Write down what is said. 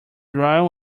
rahul